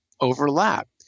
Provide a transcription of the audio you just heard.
overlap